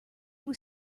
was